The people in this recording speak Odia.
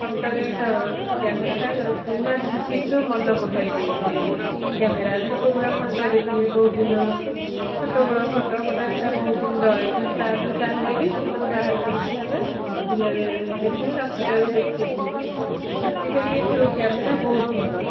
ଫଟୋରେ ହଁ କ୍ୟାମେରାଟା ପୁରୁଣା ସ୍ମୃତିକି ସବୁ ମନ ପକାଇ ଦିଏ ସେ କ୍ୟାମେରା ଧର ପୁରୁଣା ଫଟୋ ଦେଖିଲେ ବହୁତ ଦିନର ଛୋଟବେଳ ଫଟୋ ଫଟୋ ସେଇଟା ବହୁତ ଦିନ ରହେ ଧର ତାକୁ ଚାହିଁଲେ ବି ସେଥିରୁ ବାହାର କରିକିନି ଆମେ ଅଧିକା ଦିନ ପାଇଁ ରଖିପାରୁ ଦେଖିବୁ ଆଜିକାଲି ଏଠାରୁ କ୍ୟାମେରା ବହୁତ ଭଲ